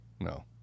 no